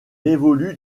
évolue